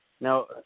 Now